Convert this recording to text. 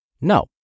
No